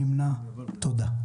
תודה.